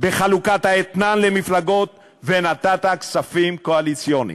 בחלוקת האתנן למפלגות, ונתת כספים קואליציוניים.